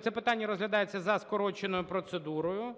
Це питання розглядається за скороченою процедурою.